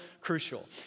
crucial